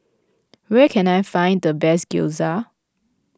where can I find the best Gyoza